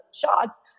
shots